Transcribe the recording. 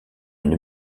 une